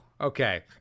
okay